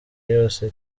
yose